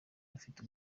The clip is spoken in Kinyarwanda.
bafite